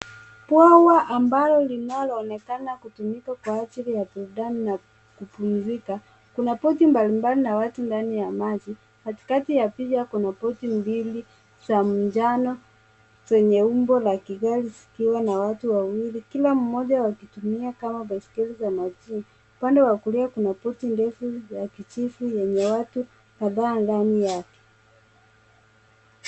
Bwawa ambalo linaloonekana kutumika kwa ajili ya burudani na kupumzika. Kuna boti mbalimbali na watu ndani ya maji. Katikati ya picha kuna boti mbili za manjano zenye umbo la kigari zikiwa na watu wawili kila mmoja wakitumia kama baiskeli za majini. Upande wa kulia kuna boti ndefu ya kijivu yenye watu kadhaa ndani yake.